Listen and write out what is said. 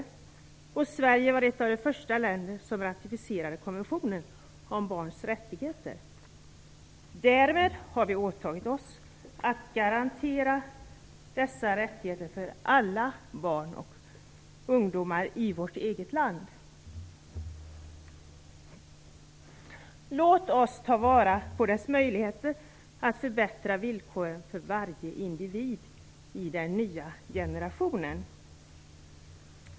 Sverige var ett av de första länder som ratificerade konventionen om barns rättigheter. Därmed har vi åtagit oss att garantera dessa rättigheter för alla barn och ungdomar i vårt eget land. Låt oss ta vara på dessa möjligheter att förbättra villkoren för varje individ i den nya generationen!